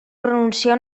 pronunciar